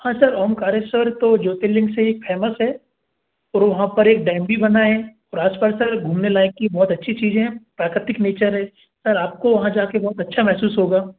हाँ सर ओंकारेश्वर तो ज्योतिर्लिंग से एक फेमस है तो वहाँ पर एक डैम भी बनाएं है और आस पास सर घूमने लायक़ बहुत अच्छी चीज़ें हैं प्राकृतिक नेचर है सर आपको वहाँ जा कर बहुत अच्छा महसूस होगा